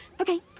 okay